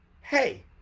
Hey